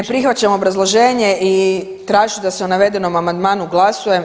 Ne prihvaćam obrazloženje i tražit ću da se o navedenom amandmanu glasuje.